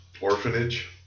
orphanage